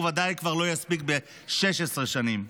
הוא ודאי לא יספיק ב-16 שנים.